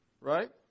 Right